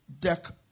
deck